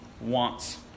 wants